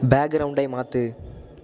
பேக்ரவுண்டை மாற்று